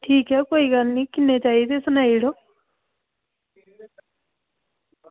ठीक ऐ कोई गल्ल निं किन्ने चाहिदे सनाई ओड़ो